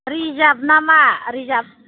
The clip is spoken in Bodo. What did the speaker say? रिजार्भ ना मा रिजार्भ